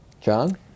John